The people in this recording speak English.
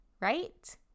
right